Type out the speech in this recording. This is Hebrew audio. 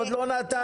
עוד לא נתנו